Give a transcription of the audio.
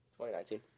2019